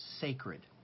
sacred